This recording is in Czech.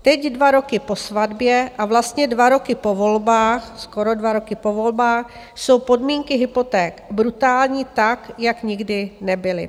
Teď, dva roky po svatbě a vlastně dva roky po volbách, skoro dva roky po volbách, jsou podmínky hypoték brutální tak, jak nikdy nebyly.